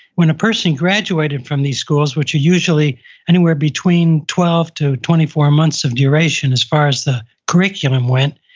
when a person graduated from these schools, which are usually anywhere between twelve to twenty four months of duration as far as the curriculum went,